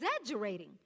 exaggerating